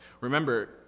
Remember